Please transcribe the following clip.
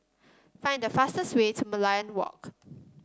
find the fastest way to Merlion Walk